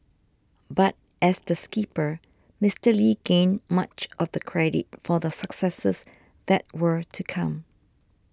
but as the skipper Mister Lee gained much of the credit for the successes that were to come